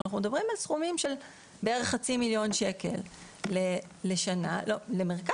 אנחנו מדברים על סכומים של בערך חצי מיליון שקל לשנה למרכז.